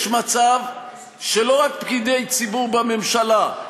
יש מצב שלא רק פקידי ציבור בממשלה,